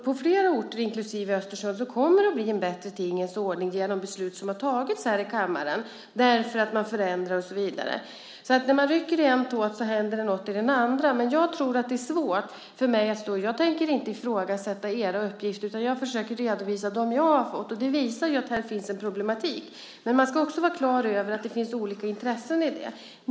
På flera orter, inklusive Östersund, kommer det att bli en bättre tingens ordning genom beslut om förändringar som har tagits här i kammaren. När man rycker i en tåt händer det något i den andra. Jag tänker inte stå här och ifrågasätta era uppgifter, utan jag försöker redovisa de uppgifter jag har fått. Det visar att här finns en problematik, men man ska också vara klar över att det finns olika intressen.